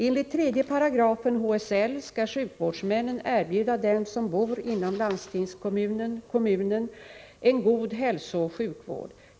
Enligt 3 § HSL skall sjukvårdshuvudmännen erbjuda dem som bor inom landstingskommunen/kommunen en god hälsooch sjukvård.